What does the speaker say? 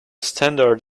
standard